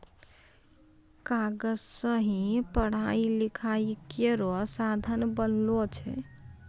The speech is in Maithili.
कागज सें ही पढ़ाई लिखाई केरो साधन बनलो छै